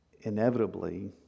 inevitably